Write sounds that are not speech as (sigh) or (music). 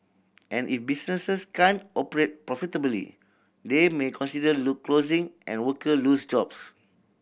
and if businesses can't operate profitably they may consider (unintelligible) closing and worker lose jobs